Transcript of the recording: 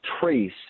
Trace